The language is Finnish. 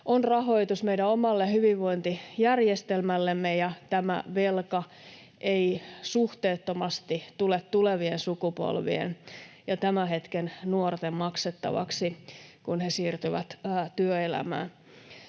on rahoitus meidän omalle hyvinvointijärjestelmällemme ja että tämä velka ei suhteettomasti tule tulevien sukupolvien ja tämän hetken nuorten maksettavaksi, kun he siirtyvät työelämään.